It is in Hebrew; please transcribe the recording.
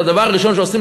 הדבר הראשון שעושים,